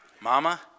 mama